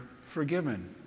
forgiven